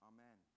Amen